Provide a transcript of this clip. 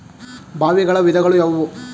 ಬಾವಿಗಳ ವಿಧಗಳು ಯಾವುವು?